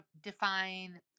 define